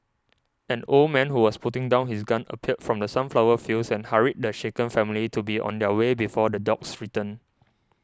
an old man who was putting down his gun appeared from the sunflower fields and hurried the shaken family to be on their way before the dogs return